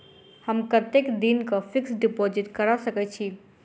हम कतेक दिनक फिक्स्ड डिपोजिट करा सकैत छी?